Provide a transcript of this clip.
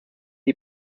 die